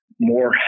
more